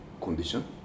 condition